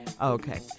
Okay